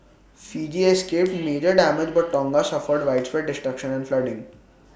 Fiji escaped major damage but Tonga suffered widespread destruction and flooding